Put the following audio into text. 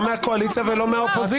לא מהקואליציה ולא מהאופוזיציה.